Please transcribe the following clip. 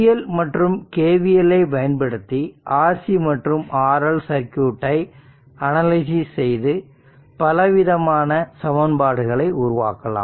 KCL மற்றும் KVL ஐ பயன்படுத்தி RC மற்றும் RL சர்க்யூட்டை அனலைஸ் செய்து பலவிதமான சமன்பாடுகளை உருவாக்கலாம்